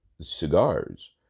cigars